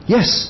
Yes